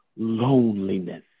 Loneliness